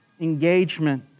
Engagement